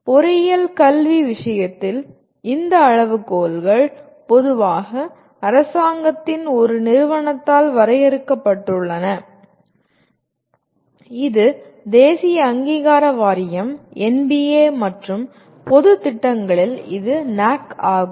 பொறியியல் கல்வி விஷயத்தில் இந்த அளவுகோல்கள் பொதுவாக அரசாங்கத்தின் ஒரு நிறுவனத்தால் வரையறுக்கப்படுகின்றன இது தேசிய அங்கீகார வாரியம் மற்றும் பொது திட்டங்களில் இது NAAC ஆகும்